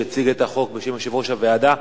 שהציג את החוק בשם יושב-ראש הוועדה.